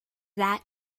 that